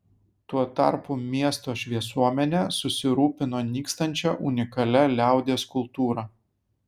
tuo tarpu miesto šviesuomenė susirūpino nykstančia unikalia liaudies kultūra